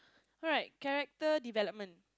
alright character development